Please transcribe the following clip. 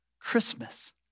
Christmas